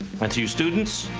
and to you students,